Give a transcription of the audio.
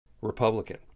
Republican